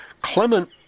Clement